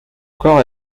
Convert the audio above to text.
corps